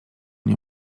nie